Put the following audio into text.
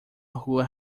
rua